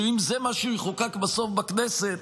שאם זה מה שיחוקק בסוף בכנסת,